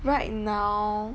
right now